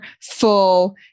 full